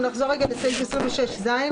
בהתאם להוראות סעיף 26יג,